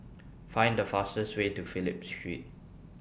Find The fastest Way to Phillip Street